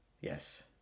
Yes